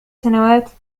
سنوات